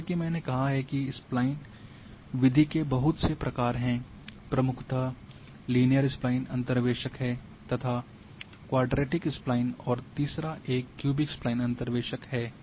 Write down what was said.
जैसा कि मैंने कहा है कि स्पलाइन विधि के बहुत से प्रकार हैं प्रमुखतः लीनियर स्पालाइन अंतर्वेशक है तथा क्वाड्रटिक स्प्लाइन और फिर तीसरा एक क्यूबिक स्प्लाइन अंतर्वेशक है